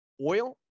oil